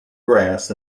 grass